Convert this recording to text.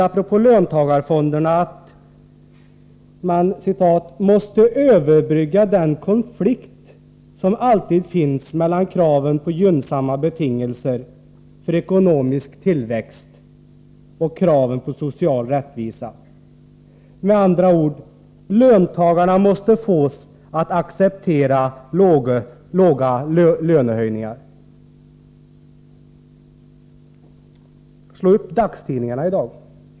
Apropå löntagarfonderna heter det t.ex., att vi måste överbrygga den konflikt som alltid finns mellan kraven på gynnsamma betingelser för ekonomisk tillväxt och kraven på social rättvisa. Med andra ord måste löntagarna fås att acceptera små lönehöjningar. Slå upp dagstidningarna i dag!